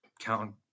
count